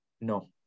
No